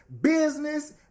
business